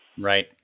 Right